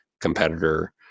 competitor